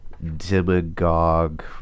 demagogue